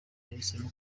ahisemo